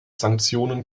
sanktionen